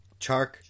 Chark